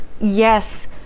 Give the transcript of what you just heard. Yes